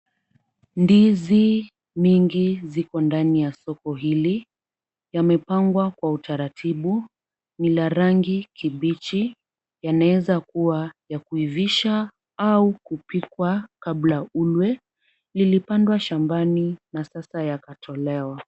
Ndizi mingi zipo ndani ya soko hili. Yamepangwa kwa utaratibu. Ni la rangi kibichi. Yanaeza kuwa ya kuivisha au kupika kabla kulwe .Ilipandwa shambani na sasa yametolewa.